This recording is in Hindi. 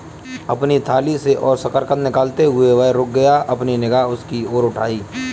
अपनी थाली से और शकरकंद निकालते हुए, वह रुक गया, अपनी निगाह उसकी ओर उठाई